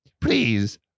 Please